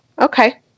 Okay